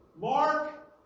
Mark